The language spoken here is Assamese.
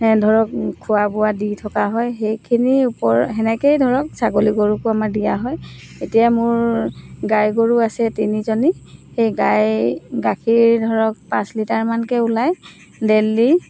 ধৰক খোৱা বোৱা দি থকা হয় সেইখিনিৰ ওপৰত সেনেকৈয়ে ধৰক ছাগলী গৰুকো আমাৰ দিয়া হয় এতিয়া মোৰ গাই গৰু আছে তিনিজনী সেই গাই গাখীৰ ধৰক পাঁচ লিটাৰমানকৈ ওলাই দেললি